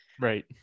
Right